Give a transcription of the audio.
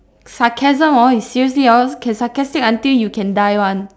sarcasm hor is seriously hor can sarcastic until you can die [one]